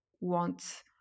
want